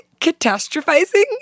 catastrophizing